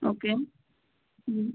okay હમ